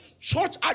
Church